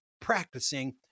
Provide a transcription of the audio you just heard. practicing